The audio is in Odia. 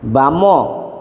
ବାମ